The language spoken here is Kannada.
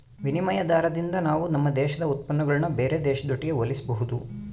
ವಿನಿಮಯ ದಾರದಿಂದ ನಾವು ನಮ್ಮ ದೇಶದ ಉತ್ಪನ್ನಗುಳ್ನ ಬೇರೆ ದೇಶದೊಟ್ಟಿಗೆ ಹೋಲಿಸಬಹುದು